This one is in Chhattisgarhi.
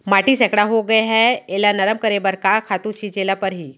माटी सैकड़ा होगे है एला नरम करे बर का खातू छिंचे ल परहि?